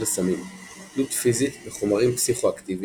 לסמים – תלות פיזית בחומרים פסיכואקטיביים,